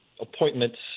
appointments